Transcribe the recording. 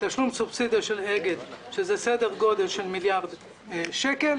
בסדר גודל של מיליארד שקל.